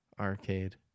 Arcade